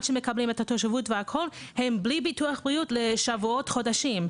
שמקבלים את התושבות והכל הם בלי ביטוח בריאות לשבועות וחודשים.